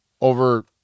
over